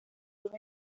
dos